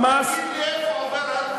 תגיד לי איפה עובר הגבול.